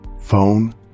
phone